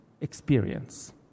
experience